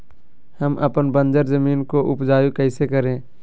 हम अपन बंजर जमीन को उपजाउ कैसे करे?